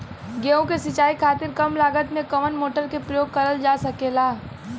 गेहूँ के सिचाई खातीर कम लागत मे कवन मोटर के प्रयोग करल जा सकेला?